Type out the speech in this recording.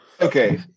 Okay